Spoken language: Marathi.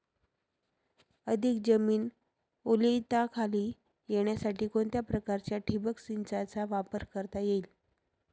अधिक जमीन ओलिताखाली येण्यासाठी कोणत्या प्रकारच्या ठिबक संचाचा वापर करता येईल?